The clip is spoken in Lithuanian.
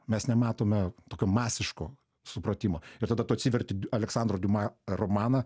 mes nematome tokio masiško supratimo ir tada tu atsiverti aleksandro diuma romaną